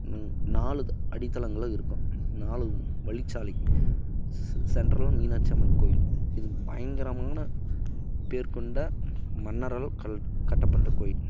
நாலு அடித்தளங்களாக இருக்கும் நாலு வழிச்சாலை சென்டரில் மீனாட்சி அம்மன் கோயில் இது பயங்கரமான பேர் கொண்ட மன்னர்கள் கல் கட்டப்பட்ட கோயில்